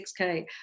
6k